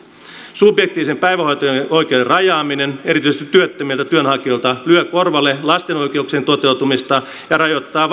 subjektiivisen päivähoito oikeuden rajaaminen erityisesti työttömiltä työnhakijoilta lyö korvalle lasten oikeuksien toteutumista ja rajoittaa